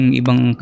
ibang